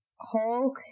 Hulk